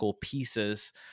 pieces